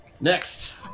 Next